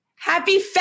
Happy